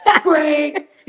great